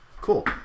cool